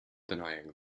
denying